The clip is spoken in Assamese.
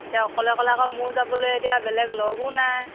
এতিয়া অকলে অকলে আকৌ মোৰো যাবলৈ এতিয়া বেলেগ লগো নাই